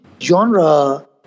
genre